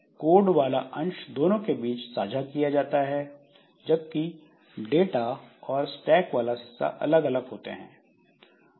code वाला अंश दोनों के बीच साझा किया जाता है जबकि डाटा और स्टैक वाला हिस्सा अलग अलग होते हैं